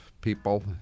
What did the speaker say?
people